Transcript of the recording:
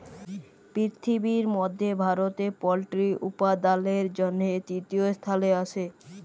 পিরথিবির মধ্যে ভারতে পল্ট্রি উপাদালের জনহে তৃতীয় স্থালে আসে